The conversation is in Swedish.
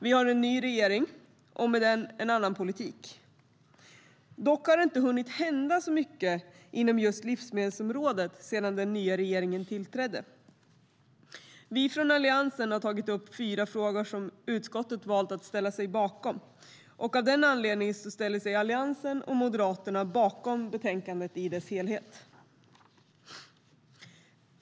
Vi har en ny regering och med den en annan politik. Dock har det inte hunnit hända så mycket inom just livsmedelsområdet sedan den nya regeringen tillträdde. Vi från Alliansen har tagit upp fyra frågor som utskottet valt att ställa sig bakom. Av den anledningen ställer sig Alliansen och Moderaterna bakom betänkandet i dess helhet.